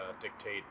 dictate